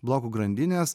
blokų grandinės